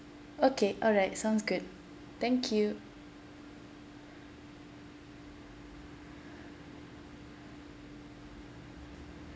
okay alright sounds good thank you